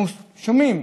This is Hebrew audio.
אנחנו שומעים,